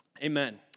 Amen